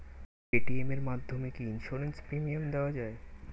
Paytm এর মাধ্যমে কি ইন্সুরেন্স প্রিমিয়াম দেওয়া যায়?